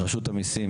רשות המיסים,